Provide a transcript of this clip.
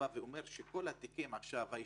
אומר שכל התיקים הישנים,